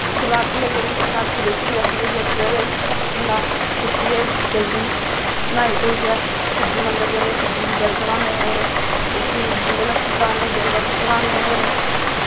शिवरात्रि आई जंदी शिवरात्रि बिच बी अस जाइयै सवेरे ना उट्ठियै जल्दी न्हाई धोइयै शिवजी मंदर जन्ने शिवजी गी जल चढ़ान्ने और उस्सी दुद्ध लस्सी पान्ने बिल पत्तरी चढ़ान्ने और